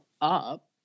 up